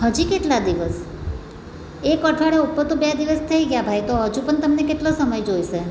હજી કેટલા દિવસ એક અઠવાડિયા ઉપર તો બે દિવસ થઈ ગયા ભાઈ તો હજુ પણ તમને કેટલો સમય જોઈશે